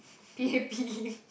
P_A_P